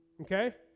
Okay